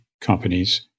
companies